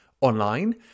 online